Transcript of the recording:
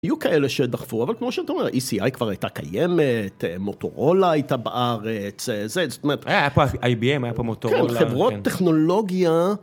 היו כאלה שדחפו, אבל כמו שאתה אומר, ECI כבר הייתה קיימת, מוטורולה הייתה בארץ, זאת אומרת... היה פה IBM, היה פה מוטורולה. כן, חברות טכנולוגיה.